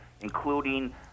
including –